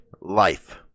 life